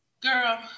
Girl